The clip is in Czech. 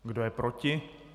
Kdo je proti?